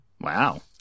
wow